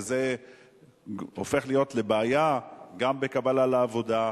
וזה הופך לבעיה גם בקבלה לעבודה,